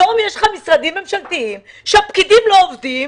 היום יש משרדים ממשלתיים שהפקידים לא עובדים